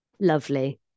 Lovely